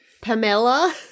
Pamela